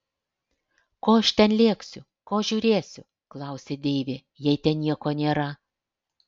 ko aš ten lėksiu ko žiūrėsiu klausia deivė jei ten nieko nėra